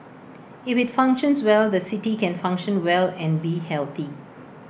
if IT functions well the city can function well and be healthy